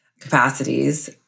capacities